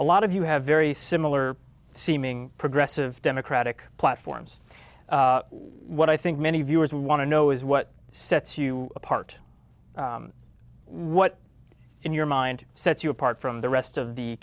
a lot of you have very similar seeming progressive democratic platforms what i think many viewers want to know is what sets you apart what in your mind set you apart from the rest of the